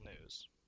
news